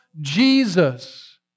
Jesus